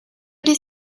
this